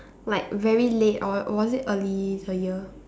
like very late or was it early in the year